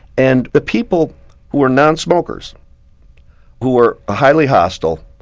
and the people were non-smokers who were highly hostile,